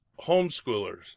homeschoolers